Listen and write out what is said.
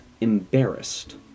embarrassed